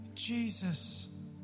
Jesus